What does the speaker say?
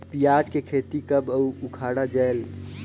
पियाज के खेती कब अउ उखाड़ा जायेल?